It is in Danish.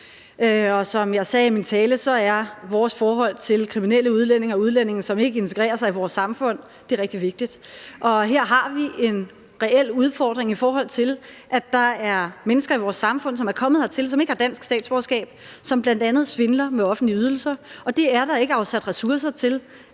Som jeg sagde i min tale, er vores forhold til kriminelle udlændinge og udlændinge, som ikke integrerer sig i vores samfund, rigtig vigtigt. Her har vi en reel udfordring, i forhold til at der er mennesker i vores samfund, som er kommet hertil, som ikke har dansk statsborgerskab, og som bl.a. svindler med offentlige ydelser. Det er der ikke afsat ressourcer til